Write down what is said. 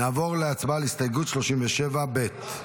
נעבור להצבעה על הסתייגות 37 ב'.